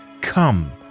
come